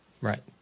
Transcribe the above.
Right